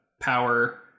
power